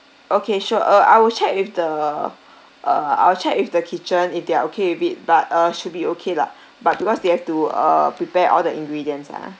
okay sure uh I will check with the uh I'll check with the kitchen if they're okay with it but uh should be okay lah but because they have to err prepare all the ingredients ah